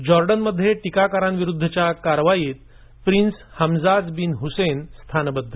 जॉर्डनमध्ये टिकाकारांविरुद्धच्या कारवाईत prince Hamzah bin Hussein स्थानबद्ध